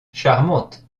charmante